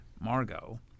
Margot